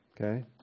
okay